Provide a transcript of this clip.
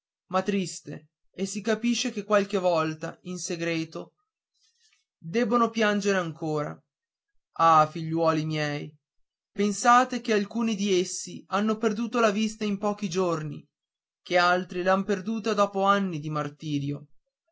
ma triste e si capisce che qualche volta in segreto debbono piangere ancora ah figliuoli miei pensate che alcuni di essi hanno perduto la vista in pochi giorni che altri l'han perduta dopo anni di martirio